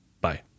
Bye